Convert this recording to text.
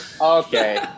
Okay